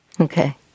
Okay